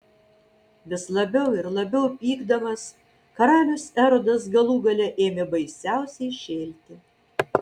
vis labiau ir labiau pykdamas karalius erodas galų gale ėmė baisiausiai šėlti